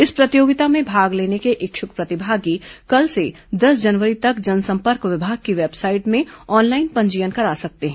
इस प्रतियोगिता में भाग लेने के इच्छुक प्रतिभागी कल से दस जनवरी तक जनसंपर्क विभाग की वेबसाइट में ऑनलाइन पंजीयन करा सकते हैं